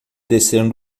descer